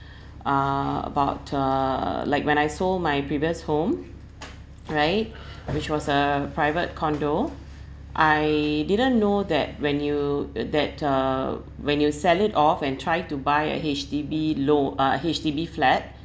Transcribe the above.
uh about uh like when I sold my previous home right which was a private condo I didn't know that when you uh that uh when you sell it off and try to buy a H_D_B low uh H_D_B flat